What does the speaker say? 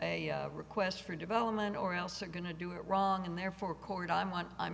a request for development or else they're going to do it wrong and therefore court i'm not i'm